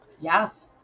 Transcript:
Yes